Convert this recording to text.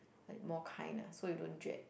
like more kind ah so you don't dread